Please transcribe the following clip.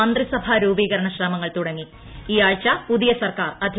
മന്ത്രിസഭാ രൂപീകരണ ശ്രമങ്ങൾ തുടങ്ങി ഈ ആഴ്ച പുതിയ സർക്കാർ അധികാരമേൽക്കും